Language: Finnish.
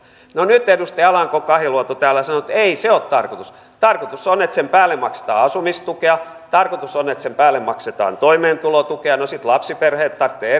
no nyt kun edustaja alanko kahiluoto täällä sanoo että ei se ole tarkoitus tarkoitus on että sen päälle maksetaan asumistukea tarkoitus on että sen päälle maksetaan toimeentulotukea no sitten lapsiperheet tarvitsevat